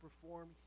perform